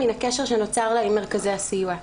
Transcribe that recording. למן הקשר שנוצר עם מרכזי הסיוע.